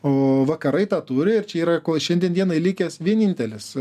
o vakarai tą turi ir čia yra kol šiandien dienai likęs vienintelis